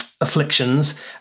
afflictions